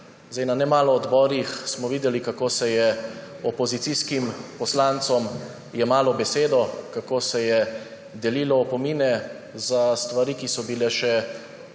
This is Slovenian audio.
Na nemalo odborih smo videli, kako se je opozicijskim poslancem jemalo besedo, kako se je delilo opomine za stvari, ki so bile še